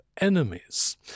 enemies